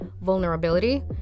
vulnerability